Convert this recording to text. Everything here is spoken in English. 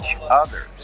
others